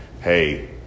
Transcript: hey